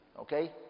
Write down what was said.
Okay